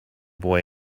boy